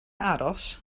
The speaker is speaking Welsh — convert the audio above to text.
aros